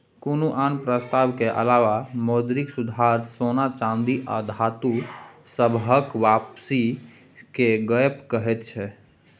कुनु आन प्रस्ताव के अलावा मौद्रिक सुधार सोना चांदी आ धातु सबहक वापसी के गप कहैत छै